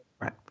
Right